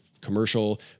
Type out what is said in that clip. commercial